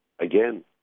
again